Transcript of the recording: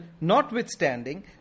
notwithstanding